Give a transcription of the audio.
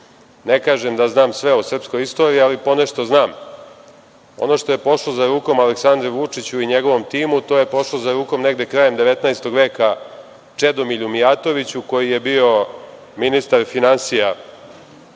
Ne kažem da znam sve o srpskoj istoriji, ali ponešto znam. Ono što je pošlo za rukom Aleksandru Vučiću i njegovom timu, to je pošlo za rukom negde krajem 19. veka Čedomilju Mijatoviću, koji je bio ministar finansija